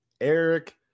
Eric